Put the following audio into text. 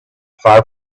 far